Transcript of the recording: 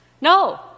No